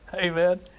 Amen